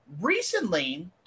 Recently